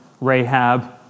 Rahab